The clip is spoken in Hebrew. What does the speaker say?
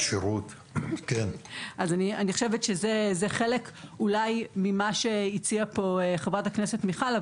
זה אולי חלק ממה שהציעה כאן חברת הכנסת מיכל וולדיגר,